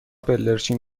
بلدرچین